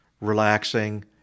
relaxing